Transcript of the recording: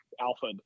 alpha